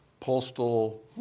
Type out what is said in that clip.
Postal